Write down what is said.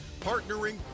Partnering